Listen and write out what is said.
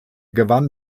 gewann